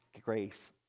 grace